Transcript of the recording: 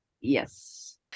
Yes